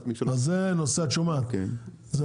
את שומעת?